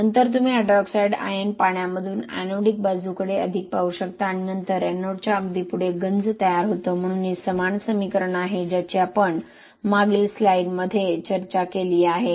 नंतर तुम्ही hydroxide ion पाण्यामधून एनोडीक बाजूकडे अधिक पाहू शकता आणि नंतर एनोडच्या अगदी पुढे गंज तयार होतो म्हणून हे समान समीकरण आहे ज्याची आपण मागील स्लाइडमध्ये चर्चा केली आहे